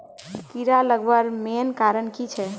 कीड़ा लगवार मेन कारण की छे?